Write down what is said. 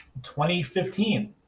2015